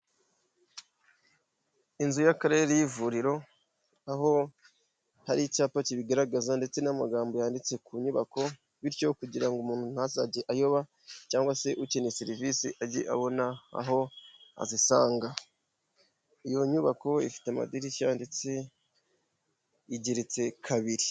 Inzu y'akarere y'ivuriro aho hari icyapa kibigaragaza ndetse n'amagambo yanditse ku nyubako bityo kugira ngo umuntu ntazajye ayoba cyangwa se ukeneye serivise, ajye abona aho azisanga. Iyo nyubako ifite amadirishya ndetse igeretse kabiri.